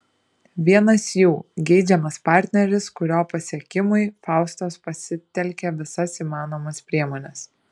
vienas jų geidžiamas partneris kurio pasiekimui faustos pasitelkia visas įmanomas priemones